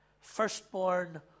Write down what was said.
firstborn